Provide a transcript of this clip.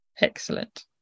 Excellent